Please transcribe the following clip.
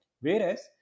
whereas